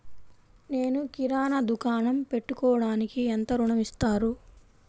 నేను కిరాణా దుకాణం పెట్టుకోడానికి ఎంత ఋణం ఇస్తారు?